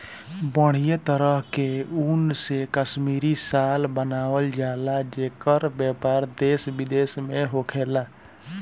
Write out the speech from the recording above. बढ़िया तरह के ऊन से कश्मीरी शाल बनावल जला जेकर व्यापार देश विदेश में होखेला